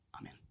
Amen